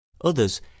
Others